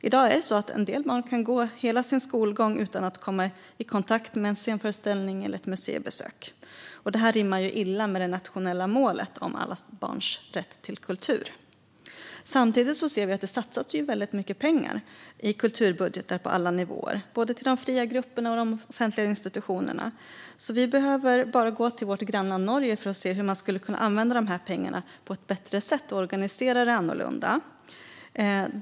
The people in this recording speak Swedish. I dag kan en del barn gå hela sin skolgång utan att komma i kontakt med en scenföreställning eller ett museibesök. Det rimmar illa med det nationella målet om alla barns rätt till kultur. Samtidigt ser vi att det satsas väldigt mycket pengar i kulturbudgetar på alla nivåer till både de fria grupperna och de offentliga institutionerna. Vi behöver bara gå till vårt grannland Norge för att se hur man skulle kunna använda de pengarna på ett bättre sätt och organisera det annorlunda.